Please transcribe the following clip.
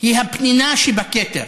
היא הפנינה שבכתר.